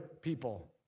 people